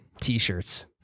T-shirts